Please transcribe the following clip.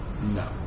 No